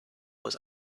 was